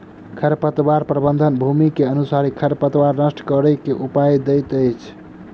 खरपतवार प्रबंधन, भूमि के अनुसारे खरपतवार नष्ट करै के उपाय दैत अछि